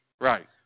right